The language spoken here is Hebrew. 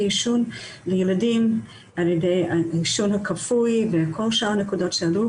עישון לילדים על ידי עישון כפוי וכל שאר הנקודות שעלו